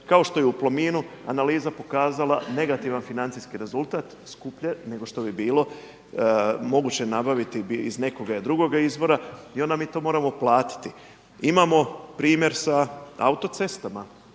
kao što je i u Plominu analiza pokazala negativan financijski rezultat skuplje nego što bi bilo moguće nabaviti iz nekog drugoga izvora i onda mi to moramo platiti. Imamo primjer sa autocestama,